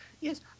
yes